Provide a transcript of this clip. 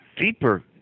deeper